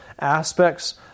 aspects